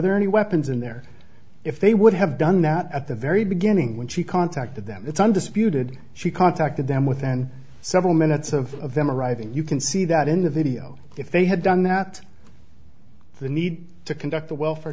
there any weapons in there if they would have done that at the very beginning when she contacted them it's undisputed she contacted them within several minutes of them arriving you can see that in the video if they had done that the need to conduct a welfare